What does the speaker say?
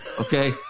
Okay